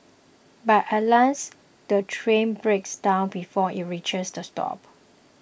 but alas the train breaks down before it reaches the stop